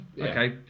Okay